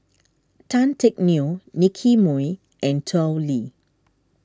Tan Teck Neo Nicky Moey and Tao Li